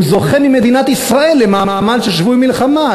הוא זוכה ממדינת ישראל למעמד של שבוי מלחמה,